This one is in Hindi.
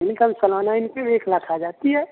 मैंने कल सालाना इन्कम एक लाख आ जाती है